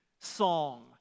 song